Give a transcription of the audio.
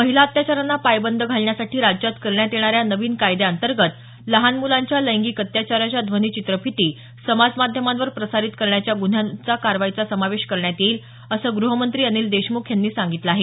महिला अत्याचारांना पायबंद घालण्यासाठी राज्यात करण्यात येणाऱ्या नवीन कायद्याअंतर्गत लहान मुलांच्या लैंगिक अत्याचाराच्या ध्वनिचित्रफिती समाज माध्यमांवर प्रसारित करण्याच्या गुन्ह्यांवर कारवाईचा समावेश करण्यात येईल असं गृहमंत्री अनिल देशमुख यांनी सांगितलं आहे